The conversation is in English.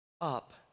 up